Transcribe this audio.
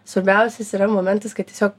svarbiausias yra momentas kai tiesiog